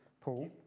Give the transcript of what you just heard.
Paul